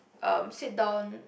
um sit down